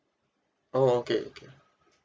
oh okay okay